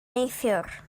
neithiwr